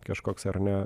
kažkoks ar ne